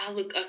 Look